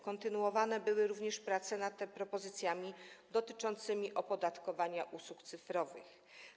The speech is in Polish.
Kontynuowane były również prace nad propozycjami dotyczącymi opodatkowania usług cyfrowych.